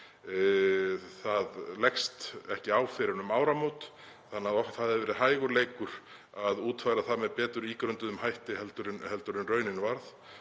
leggst ekki á fyrr en um áramót þannig að það hefði verið hægur leikur að útfæra þetta með betur ígrunduðum hætti en raunin varð.